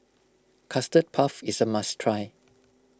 Custard Puff is a must try